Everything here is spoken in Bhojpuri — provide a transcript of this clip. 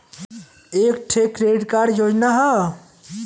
एक ठे क्रेडिट योजना हौ